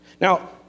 Now